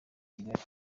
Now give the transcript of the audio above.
kigali